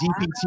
DPT